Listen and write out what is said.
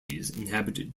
inhabit